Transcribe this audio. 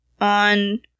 on